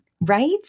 right